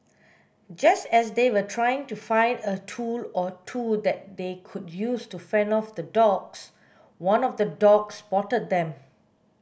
just as they were trying to find a tool or two that they could use to fend off the dogs one of the dogs spotted them